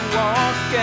walk